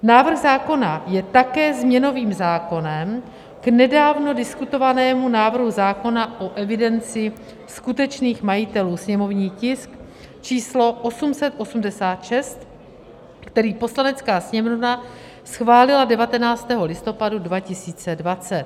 Návrh zákona je také změnovým zákonem k nedávno diskutovanému návrhu zákona o evidenci skutečných majitelů, sněmovní tisk č. 886, který Poslanecká sněmovna schválila 19. listopadu 2020.